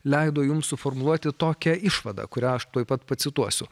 leido jums suformuluoti tokią išvadą kurią aš tuoj pat pacituosiu